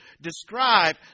describe